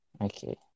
Okay